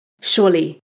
Surely